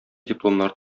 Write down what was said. дипломнар